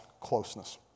closeness